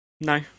No